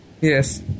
Yes